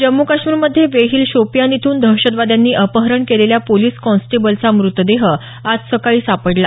जम्म् कश्मीरमध्ये वेहिल शोपीयान इथून दहशतवाद्यांनी अपहरण केलेल्या पोलिस कॉन्स्टेबलचा मृतदेह आज सकाळी सापडला